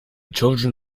children